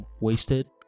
wasted